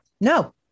No